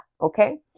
okay